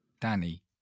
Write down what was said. Danny